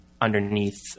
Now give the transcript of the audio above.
underneath